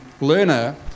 learner